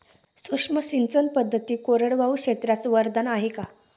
सूक्ष्म सिंचन पद्धती कोरडवाहू क्षेत्रास वरदान आहे का?